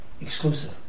exclusive